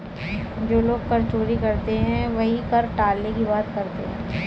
जो लोग कर चोरी करते हैं वही कर टालने की बात करते हैं